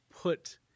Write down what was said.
put